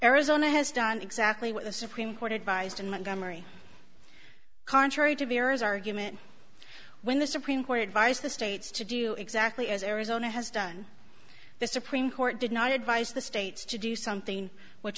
arizona has done exactly what the supreme court advised in montgomery contrary to the errors argument when the supreme court advised the states to do exactly as arizona has done the supreme court did not advise the states to do something which